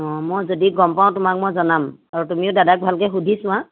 অঁ মই যদি গম পাওঁ তোমাক মই জনাম আৰু তুমিও দাদাক ভালকৈ সুধি চোৱা